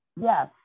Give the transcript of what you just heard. Yes